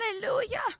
Hallelujah